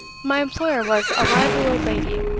my employer was a lively old lady,